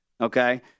Okay